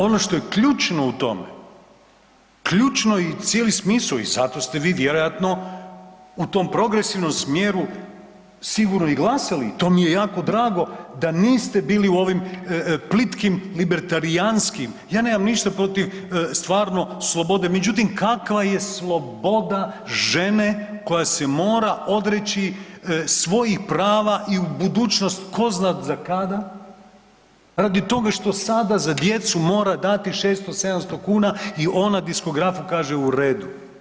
Ono što je ključno u tome, ključno i cijeli smisao i zato ste vi vjerojatno u tom progresivnom smjeru sigurno i glasali, to mi je jako drago da niste bili u ovim plitkim libertarijanskim, ja nemam ništa protiv stvarno slobode, međutim kakva je sloboda žene koja se mora odreći svojih prava i budućnost ko zna za kada radi toga što sada za djecu mora dati 600, 700 kn i ona diskografu kaže „u redu“